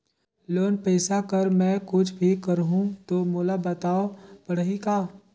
Loan पइसा कर मै कुछ भी करहु तो मोला बताव पड़ही का?